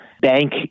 bank